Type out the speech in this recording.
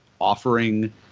offering